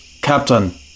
Captain